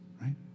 right